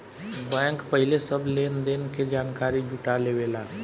bank पहिले सब लेन देन के जानकारी जुटा लेवेला